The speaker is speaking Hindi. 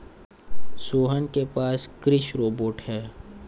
सोहन के पास कृषि रोबोट है